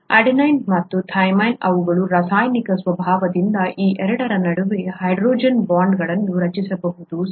adenine ಮತ್ತು thymine ಅವುಗಳ ರಾಸಾಯನಿಕ ಸ್ವಭಾವದಿಂದ ಈ ಎರಡರ ನಡುವೆ ಹೈಡ್ರೋಜನ್ ಬಾಂಡ್ಗಳನ್ನು ರಚಿಸಬಹುದು ಸರಿ